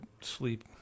sleep